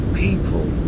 people